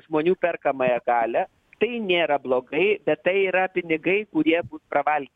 žmonių perkamąją galią tai nėra blogai bet tai yra pinigai kurie bus pravalgyt